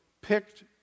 picked